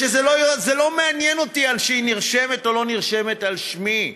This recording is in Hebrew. זה לא מעניין אותי שהיא נרשמת על שמי או לא נרשמת על שמי.